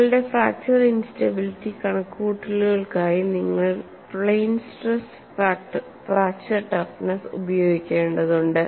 നിങ്ങളുടെ fracture instability കണക്കുകൂട്ടലുകൾക്കായി നിങ്ങൾ പ്ലെയിൻ സ്ട്രെസ് ഫ്രാക്ചർ ടഫ്നെസ്സ് ഉപയോഗിക്കേണ്ടതുണ്ട്